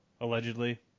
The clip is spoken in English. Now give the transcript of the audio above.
Allegedly